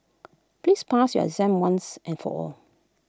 please pass your exam once and for all